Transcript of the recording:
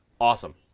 awesome